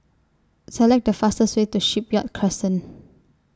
Select The fastest Way to Shipyard Crescent